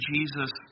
Jesus